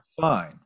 Fine